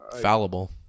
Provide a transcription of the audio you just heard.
Fallible